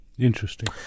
Interesting